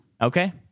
Okay